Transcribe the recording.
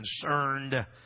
concerned